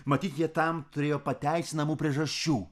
matyt jie tam turėjo pateisinamų priežasčių